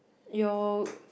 your